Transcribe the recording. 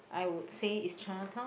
I would say is Chinatown